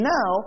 Now